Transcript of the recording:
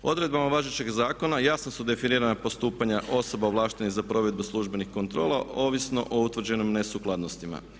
Odredbama važećeg zakona jasno su definirana postupanja osoba ovlaštenih za provedbu službenih kontrola ovisno o utvrđenim nesukladnostima.